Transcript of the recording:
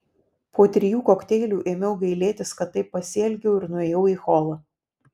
po trijų kokteilių ėmiau gailėtis kad taip pasielgiau ir nuėjau į holą